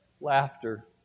laughter